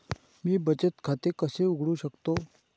मी बचत खाते कसे उघडू शकतो?